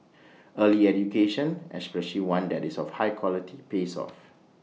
early education especially one that is of high quality pays off